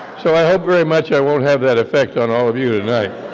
so i hope very much, i won't have that effect on all of you tonight.